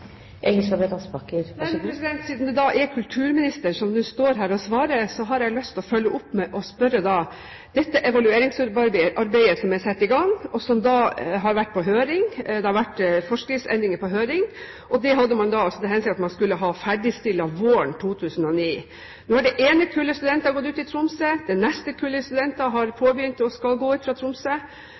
Siden det er kulturministeren som står her og svarer, har jeg lyst til å følge opp med å spørre: Dette evalueringsarbeidet som er satt i gang, og som har vært på høring – det har vært forskriftsendringer på høring – hadde man til hensikt å ha ferdigstilt våren 2009. Nå har det ene kullet studenter gått ut i Tromsø, det neste kullet studenter har begynt i Tromsø, og fortsatt er det ingen ende på dette arbeidet. Når kan man da forvente at dette evalueringsarbeidet skal